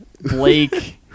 Blake